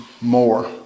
more